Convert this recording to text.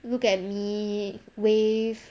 look at me wave